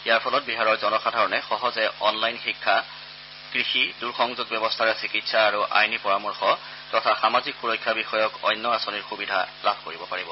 ইয়াৰ ফলত বিহাৰৰ জনসাধাৰণে সহজে অনলাইন শিক্ষা কৃষি দূৰসংযোগ ব্যৱস্থাৰে চিকিৎসা আৰু আইনী পৰামৰ্শ তথা সামাজিক সুৰক্ষা বিষয়ক অন্য আঁচনিৰ সুবিধা লাভ কৰিব পাৰিব